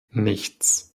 nichts